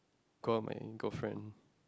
go out with my girlfriend